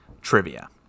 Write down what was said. trivia